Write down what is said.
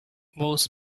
most